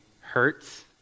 hurts